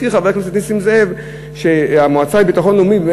הזכיר חבר הכנסת נסים זאב שהמועצה לביטחון לאומי,